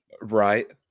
Right